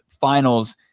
Finals